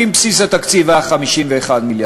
כי אם בסיס התקציב היה 51 מיליארד,